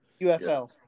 UFL